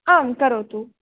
आं करोतु